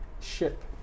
Ship